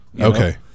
okay